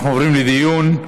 אנחנו עוברים לדיון בהצעה.